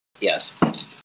Yes